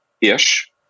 ish